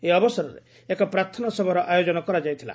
ଏହି ଅବସରରେ ଏକ ପ୍ରାର୍ଥନା ସଭାର ଆୟୋଜନ କରାଯାଇଥିଲା